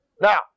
Now